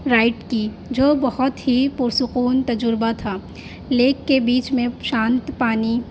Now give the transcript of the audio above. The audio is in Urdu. رائڈ کی جو بہت ہی پرسکون تجربہ تھا لیک کے بیچ میں شانت پانی